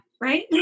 Right